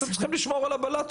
אתם צריכים לשמור על הבלטות,